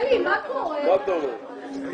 אני